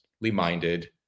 minded